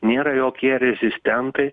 nėra jokie rezistentai